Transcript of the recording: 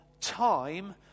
time